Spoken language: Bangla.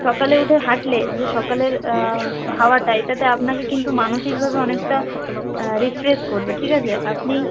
সকালে উঠে হাঁটলে যে সকালের হাওয়াটা এটাতে আপনাকে কিন্তু মানসিকভাবে অনেকটা রিফ্রেশ করবে ঠিক আছে আপনি